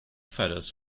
feathers